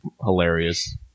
hilarious